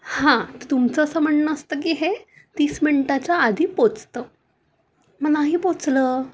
हां तर तुमचं असं म्हणणं असतं की हे तीस मिनटाच्या आधी पोहोचतं मग नाही पोहोचलं